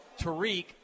Tariq